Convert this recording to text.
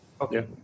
okay